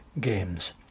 games